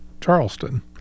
Charleston